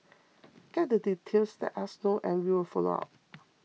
get the details let us know and we will follow up